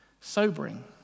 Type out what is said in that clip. Sobering